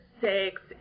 six